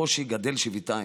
והקושי גדל שבעתיים,